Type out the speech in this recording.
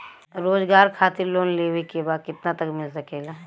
रोजगार खातिर लोन लेवेके बा कितना तक मिल सकेला?